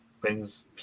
brings